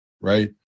right